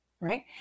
right